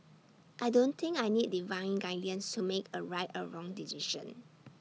I don't think I need divine guidance to make A right or wrong decision